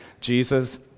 Jesus